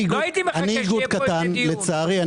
לא הייתי מחכה שיהיה פה דיון.